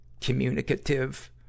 communicative